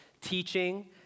teaching